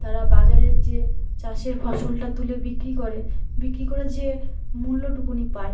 তারা বাজারের যে চাষের ফসলটা তুলে বিক্রি করে বিক্রি করে যে মূল্যটুকুনি পায়